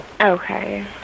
Okay